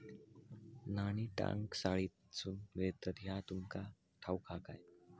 नाणी टांकसाळीतसून मिळतत ह्या तुमका ठाऊक हा काय